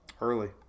early